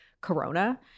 corona